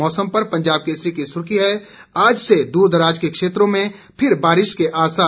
मौसम पर पंजाब केसरी की सुर्खी है आज से दूरदराज के क्षेत्रों में फिर बारिश के आसार